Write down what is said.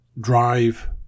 Drive